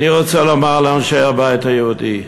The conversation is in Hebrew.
ואני רוצה לומר לאנשי הבית היהודי: